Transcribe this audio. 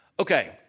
Okay